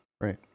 Right